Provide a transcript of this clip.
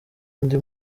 ndi